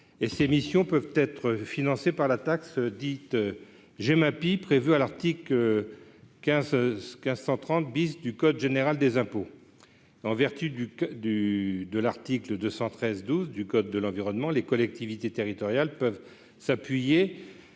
Ces missions peuvent être financées par la taxe dite Gemapi, prévue à l'article 1530 du code général des impôts. En vertu de l'article L. 213-12 du code de l'environnement, les collectivités territoriales peuvent s'appuyer